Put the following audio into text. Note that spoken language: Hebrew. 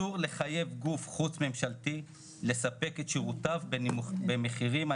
אני גם חושב שצריך לשנות את זה לשר הבריאות ולא השרים.